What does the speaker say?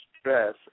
stress